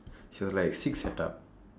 she was like